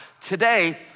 today